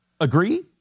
Agree